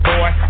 Boy